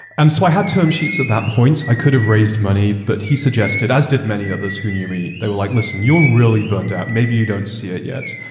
and so, i had term sheets at that point. i could have raised money, but he suggested as did many others who knew me, they were like, listen, you're really burned out. maybe you don't see it yet.